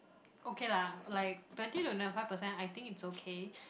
okay lah like but I think twenty five percent I think it's okay